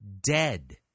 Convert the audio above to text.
dead